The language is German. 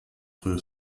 für